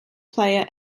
player